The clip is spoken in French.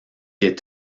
est